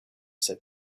said